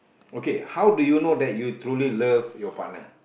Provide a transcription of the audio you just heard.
okay how do you know that you truly love your partner